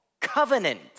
covenant